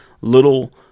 little